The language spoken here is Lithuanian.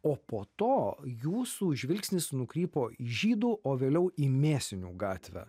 o po to jūsų žvilgsnis nukrypo į žydų o vėliau į mėsinių gatvę